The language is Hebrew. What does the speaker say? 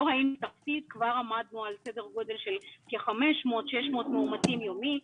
כבר עמדנו על סדר גודל של כ-600-500 מאומתים יומיים,